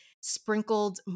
sprinkled